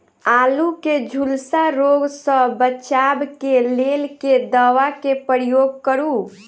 आलु केँ झुलसा रोग सऽ बचाब केँ लेल केँ दवा केँ प्रयोग करू?